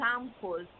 examples